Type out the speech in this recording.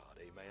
Amen